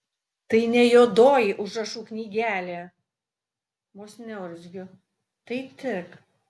tai ne juodoji užrašų knygelė vos neurzgiu tai tik